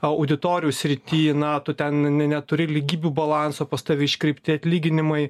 auditorijų srity na tu ten ne ne neturi lygybių balanso pas tave iškreipti atlyginimai